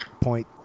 Point